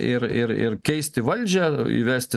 ir ir keisti valdžią įvesti